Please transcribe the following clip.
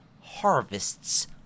harvests